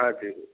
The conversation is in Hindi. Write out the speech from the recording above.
हाँ जी